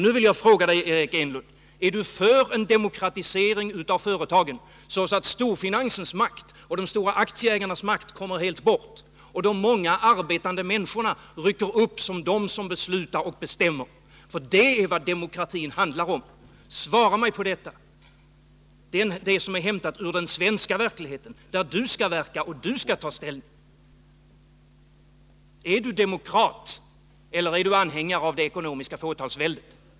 Nu vill jag fråga dig, Eric Enlund: Är du för en demokratisering av företagen, så att storfinansens och de stora aktieägarnas makt helt kommer bort och så att de många arbetande människorna rycker upp och blir de som beslutar och bestämmer? Det är vad demokratin handlar om. Svara mig på detta, som är hämtat ur den svenska verkligheten där du skall verka och där du skall ta ställning! Är du demokrat eller är du anhängare av det ekonomiska fåtalsväldet?